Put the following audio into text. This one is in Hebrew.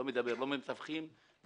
לא ממתווכים,